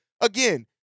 again